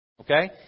Okay